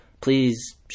please